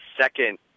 second